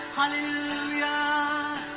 Hallelujah